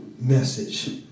message